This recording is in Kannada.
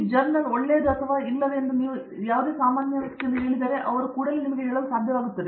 ಅರಂದಾಮ ಸಿಂಗ್ ಈ ಜರ್ನಲ್ ಒಳ್ಳೆಯದು ಅಥವಾ ಇಲ್ಲವೇ ಎಂದು ನೀವು ಯಾವುದೇ ಸಾಮಾನ್ಯ ವ್ಯಕ್ತಿಯನ್ನು ಕೇಳಿದರೆ ಅವರು ನಿಮಗೆ ಹೇಳಲು ಸಾಧ್ಯವಾಗುತ್ತದೆ